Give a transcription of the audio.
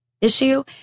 issue